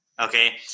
okay